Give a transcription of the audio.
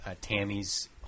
Tammy's